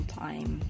time